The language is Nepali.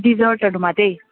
डेजर्टहरूमा चाहिँ